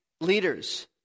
leaders